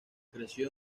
creció